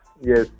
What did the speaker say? Yes